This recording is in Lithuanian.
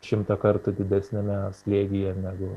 šimtą kartų didesniame slėgyje negu